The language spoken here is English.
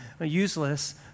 useless